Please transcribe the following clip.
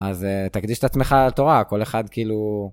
אז תקדיש את עצמך לתורה, כל אחד כאילו...